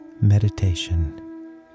Meditation